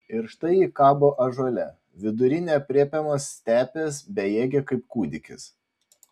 ir štai ji kabo ąžuole vidury neaprėpiamos stepės bejėgė kaip kūdikis